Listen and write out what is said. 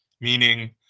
meaning